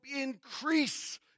increase